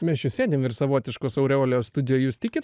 mes čia sėdim ir savotiškos aurelijos studijoje jūs tikit